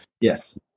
Yes